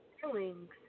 feelings